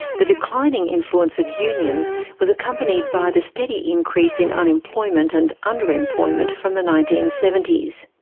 the declining influence of unions was accompanied by the steady increase in unemployment and underemployment from the nineteen seventy s.